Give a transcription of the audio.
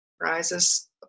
rises